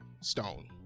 Stone